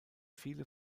viele